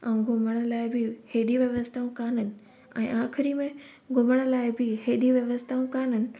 ऐं घुमणु लाइ बि एॾी व्यवस्थाऊं कोन्हनि ऐं आख़िरी में घुमणु लाइ बि एॾी व्यवस्थाऊं कोन्हनि